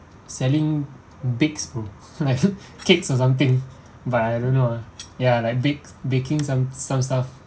selling bakes bro like cakes or something but I don't know ah ya like bake baking some some stuff